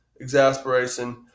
exasperation